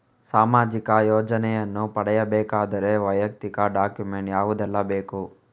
ಸಾಮಾಜಿಕ ಯೋಜನೆಯನ್ನು ಪಡೆಯಬೇಕಾದರೆ ವೈಯಕ್ತಿಕ ಡಾಕ್ಯುಮೆಂಟ್ ಯಾವುದೆಲ್ಲ ಬೇಕು?